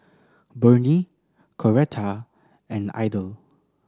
Burney Coretta and Idell